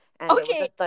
okay